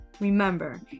Remember